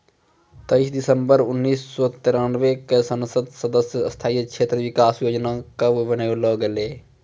तेइस दिसम्बर उन्नीस सौ तिरानवे क संसद सदस्य स्थानीय क्षेत्र विकास योजना कअ बनैलो गेलैय